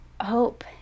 hope